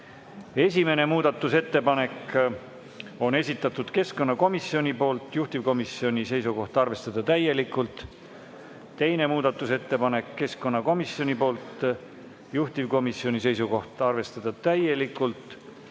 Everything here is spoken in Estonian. Esimene muudatusettepanek on esitatud keskkonnakomisjoni poolt, juhtivkomisjoni seisukoht on arvestada täielikult. Teine muudatusettepanek on keskkonnakomisjoni poolt, juhtivkomisjoni seisukoht on arvestada täielikult.